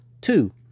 Two